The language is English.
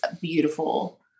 beautiful